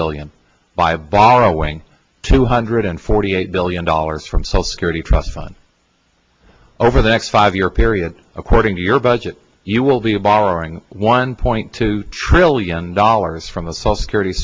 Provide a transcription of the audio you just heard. billion by borrowing two hundred and forty eight billion dollars from so security trust fund over the next five year period according to your budget you will be a borrowing one point two trillion dollars from a false security